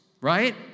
right